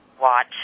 Watch